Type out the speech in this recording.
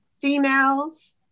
females